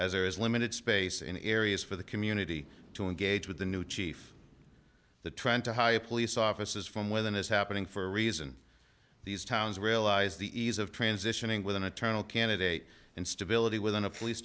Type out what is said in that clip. as there is limited space in areas for the community to engage with the new chief the trend to hire police officers from within is happening for a reason these towns realize the ease of transitioning with an eternal candidate and stability within a police